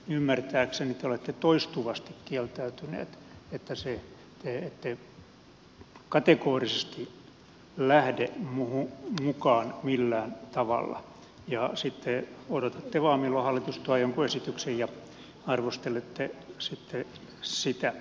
ymmärtääkseni te olette toistuvasti kieltäytyneet te ette kategorisesti lähde mukaan millään tavalla ja sitten odotatte vain milloin hallitus tuo jonkun esityksen ja arvostelette sitten sitä